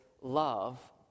love